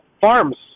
farms